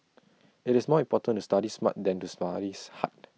IT is more important to study smart than to studies hard